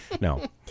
No